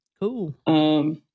Cool